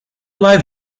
live